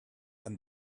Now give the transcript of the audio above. and